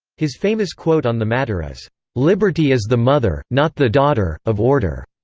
his famous quote on the matter is liberty is the mother, not the daughter, of order.